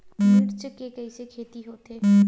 मिर्च के कइसे खेती होथे?